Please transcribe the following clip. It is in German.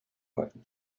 worden